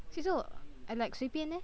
其实我 I like 随便 eh